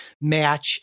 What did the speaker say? match